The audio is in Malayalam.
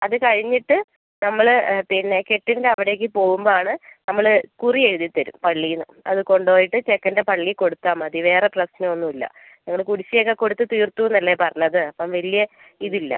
അത് കഴിഞ്ഞിട്ട് നമ്മൾ പിന്നെ കെട്ടിൻറെ അവിടേക്ക് പോവുമ്പം ആണ് നമ്മൾ കുറി എഴുതിത്തരും പള്ളിയിൽ നിന്ന് അത് കൊണ്ടു പോയിട്ട് ചെക്കൻറെ പള്ളിയിൽ കൊടുത്താൽ മതി വേറെ പ്രശ്നം ഒന്നുമില്ല നിങ്ങൾ കുടിശ്ശിക ഒക്കെ കൊടുത്ത് തീർത്തു എന്നല്ലേ പറഞ്ഞത് അപ്പം വലിയ ഇതില്ല